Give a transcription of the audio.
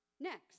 Next